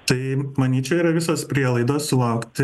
tai manyčiau yra visos prielaidos sulaukti